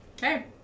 Hey